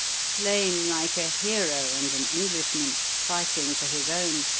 slain like a hero and an englishman, fighting for his own,